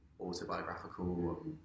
autobiographical